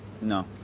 No